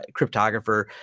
cryptographer